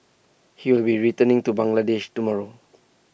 he will be returning to Bangladesh tomorrow